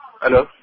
Hello